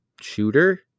shooter